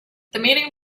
meeting